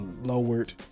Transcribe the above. lowered